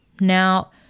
Now